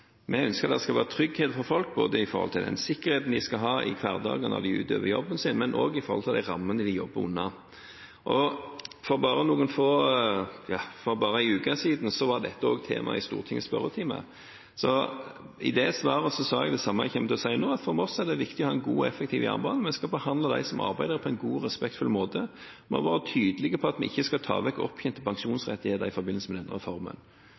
når de utøver jobben sin, og knyttet til rammene de jobber innenfor. For bare en uke siden var dette også tema i Stortingets spørretime, og i det svaret sa jeg det samme som jeg kommer til å si nå, at for oss er det viktig å ha en god og effektiv jernbane. Vi skal behandle dem som arbeider der, på en god og respektfull måte. Vi har vært tydelige på at vi ikke skal ta vekk opptjente pensjonsrettigheter i forbindelse med denne reformen.